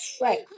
Right